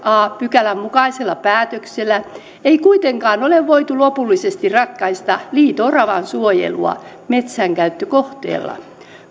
a pykälän mukaisella päätöksellä ei kuitenkaan ole voitu lopullisesti ratkaista liito oravan suojelua metsänkäyttökohteella